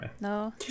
no